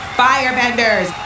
firebenders